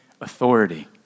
authority